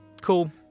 cool